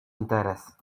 interes